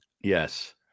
Yes